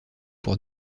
pour